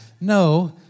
No